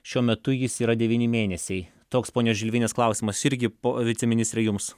šiuo metu jis yra devyni mėnesiai toks ponios žilvinės klausimas irgi po viceministre jums